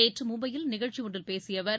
நேற்று மும்பையில் நிகழ்ச்சியொன்றில் பேசிய அவர்